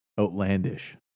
outlandish